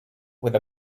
with